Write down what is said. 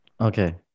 Okay